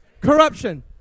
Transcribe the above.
corruption